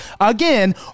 Again